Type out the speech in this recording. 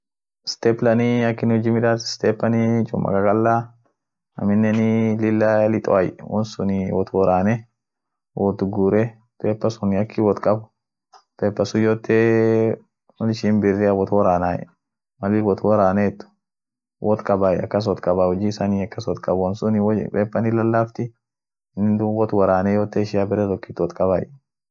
Woni suni ak inin kaaniba, kaanisunii woinin kadaad jaba kab, jalkaayeni, olbutenie olbuteni olfuudenie laan. mugu yote marseni akan, dumii laanum banai iniin. wonakasitumu koda sun ak chole kabe woin jabaanen iraharkiseniet, laanum banai woyu hinyaku dandee woni suunen hinjalisu hinchapsuune laanum bana